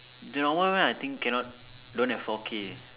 that one one I think cannot don't have have four K